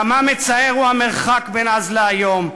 כמה מצער המרחק בין אז להיום,